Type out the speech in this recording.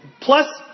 Plus